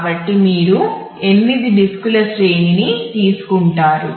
కాబట్టి మీరు 8 డిస్కుల శ్రేణిని తీసుకుంటారు